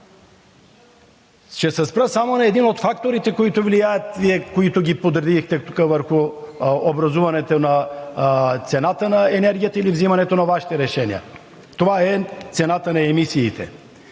Ще се спра само на един от факторите, които влияят и които подредихте тук върху образуването на цената на енергията или взимането на Вашите решения. Това е цената на емисиите.